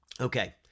Okay